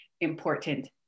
important